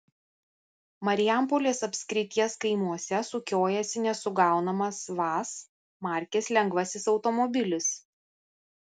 marijampolės apskrities kaimuose sukiojasi nesugaunamas vaz markės lengvasis automobilis